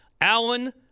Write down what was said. Allen